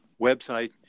website